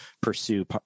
pursue